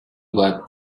wiped